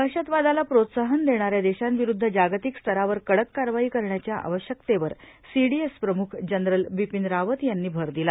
दहशतवादाला प्रोत्साहन देणाऱ्या देशांविरुद्ध जागतिक स्तरावर कडक कारवाई करण्याच्या आवश्यकतेवर सीडीएस प्रमुख जवरल बिपीन रावत यांनी भर दिला